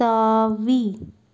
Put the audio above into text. தாவி